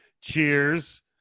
Cheers